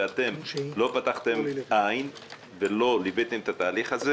ואתם לא פקחתם עין ולא ליוויתם את התהליך הזה